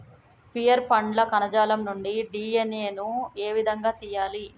Pear పండ్ల కణజాలం నుండి డి.ఎన్.ఎ ను ఏ విధంగా తియ్యాలి?